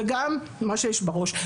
וגם מה שיש בראש.